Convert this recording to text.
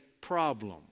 problem